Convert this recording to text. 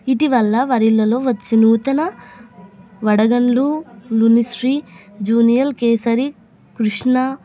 ఇటీవల వరిలలో వచ్చు నూతన వడగండ్లు లునిశ్రీ జూనియల్ కేసరి కృష్ణ